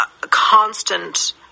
constant